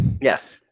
Yes